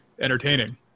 entertaining